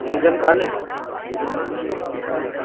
season कान्हे यार हे बाक़ी छा आहे